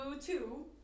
two